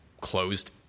closed